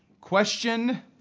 Question